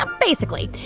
um basically.